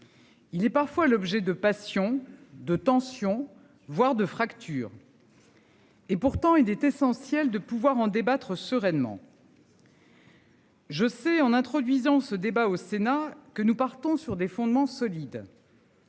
Il est parfois l'objet de passion, de tension, voire de fractures.-- Et pourtant, il est essentiel de pouvoir en débattre sereinement.-- Je sais en introduisant ce débat au Sénat que nous partons sur des fondements solides.--